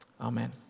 Amen